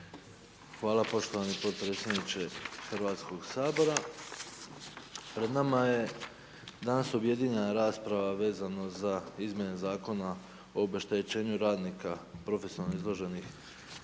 Hvala poštovani potpredsjedniče Hrvatskog sabora. Pred nama je danas objedinjena rasprava vezano za izmjene zakona o obeštećenju radnika profesionalno izloženih azbestu